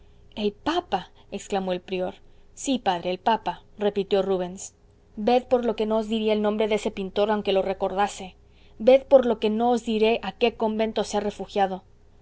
el papa exclamó el prior sí padre el papa repitió rubens ved por lo que no os diría el nombre de ese pintor aunque lo recordase ved por lo que no os diré a qué convento se ha refugiado